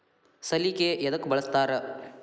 ಸಲಿಕೆ ಯದಕ್ ಬಳಸ್ತಾರ?